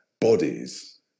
bodies